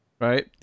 Right